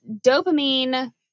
dopamine